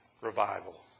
revival